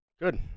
Good